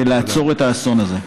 ולעצור את האסון הזה.